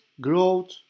growth